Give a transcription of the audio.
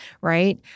right